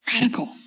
Radical